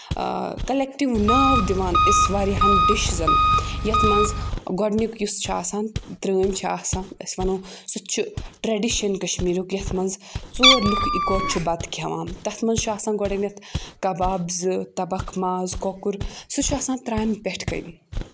collective ناو دِوان أسۍ واریاہَن ڈِشِزَن یَتھ منٛز گۄڈنیُک یُس چھُ آسان ترٛٲمۍ چھِ آسان أسۍ وَنو سُہ تہِ چھُ ٹرٛیڈِشَن کَشمیٖرُک یَتھ منٛز ژور لُکھ اِکہٕ وٹہٕ چھُ بَتہٕ کھؠوان تَتھ منٛز چھُ آسان گۄڈنؠتھ کَباب زٕ تَبَکھ ماز کۄکُر سُہ چھُ آسان ترٛامہِ پؠٹھ کَنۍ